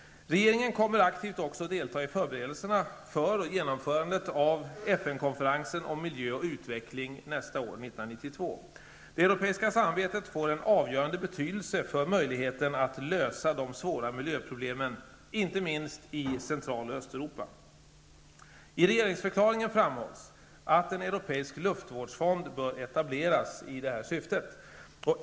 Regeringen kommer också aktivt att delta i förberedelserna för och genomförandet av FN 1992. Det europeiska samarbetet får en avgörande betydelse för möjligheterna att lösa de svåra miljöproblemen, inte minst i Central och Östeuropa. I regeringsförklaringen framhålls att en europeisk luftvårdsfond bör etableras i detta syfte.